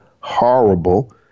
horrible